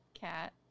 CAT